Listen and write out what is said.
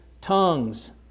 tongues